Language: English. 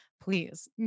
please